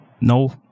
no